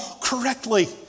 correctly